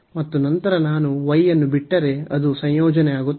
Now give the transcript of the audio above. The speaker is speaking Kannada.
ಮತ್ತು ನಂತರ ನಾನು y ಅನ್ನು ಬಿಟ್ಟರೆ ಅದು ಸಂಯೋಜನೆಯಾಗುತ್ತದೆ